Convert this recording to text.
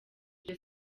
iryo